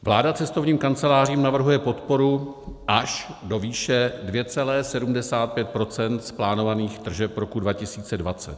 Vláda cestovním kancelářím navrhuje podporu až do výše 2,75 % z plánovaných tržeb roku 2020.